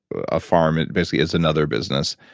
a farm, it basically is another business.